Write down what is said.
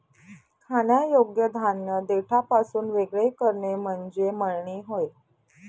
खाण्यायोग्य धान्य देठापासून वेगळे करणे म्हणजे मळणी होय